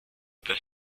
best